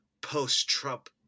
post-Trump